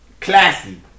Classy